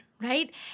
right